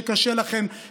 שקשה לכם,